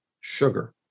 Sugar